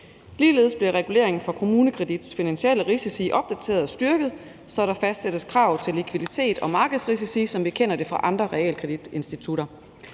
Ligeledes bliver reguleringen for KommuneKredits finansielle risici opdateret og styrket, så der fastsættes krav til likviditet og markedsrisici, som vi kender det fra andre realkreditinstitutter.